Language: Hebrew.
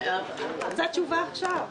אני רוצה תשובה עכשיו.